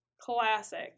Classic